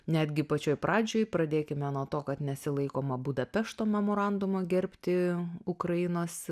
netgi pačioj pradžioj pradėkime nuo to kad nesilaikoma budapešto memorandumo gerbti ukrainos